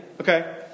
Okay